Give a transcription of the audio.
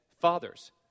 fathers